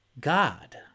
God